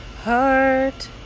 Heart